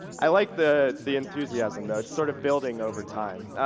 i like the the enthusiasm, though. it's sort of building over time.